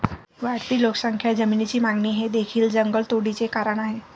वाढती लोकसंख्या, जमिनीची मागणी हे देखील जंगलतोडीचे कारण आहे